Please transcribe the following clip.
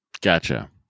Gotcha